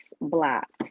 blocks